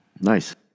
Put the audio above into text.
Nice